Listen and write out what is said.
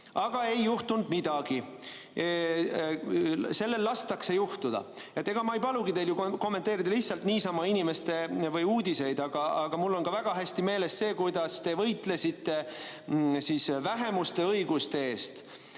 Aga ei juhtunud midagi. Sellel lastakse juhtuda. Ega ma ei palu teil kommenteerida lihtsalt niisama uudiseid, aga mul on ka väga hästi meeles see, kuidas te võitlesite vähemuste õiguste eest